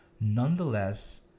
Nonetheless